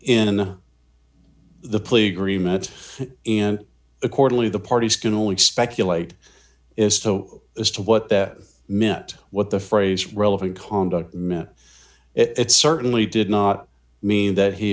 in the plea agreement and accordingly the parties can only speculate is so as to what that meant what the phrase relevant conduct meant it certainly did not mean that he